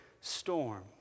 storm